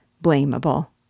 blamable